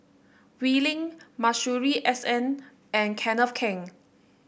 Wee Lin Masuri S N and Kenneth Keng